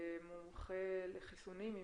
מומחה לחיסונים,